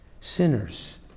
sinners